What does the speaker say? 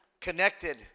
Connected